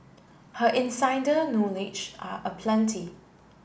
her insider knowledge are aplenty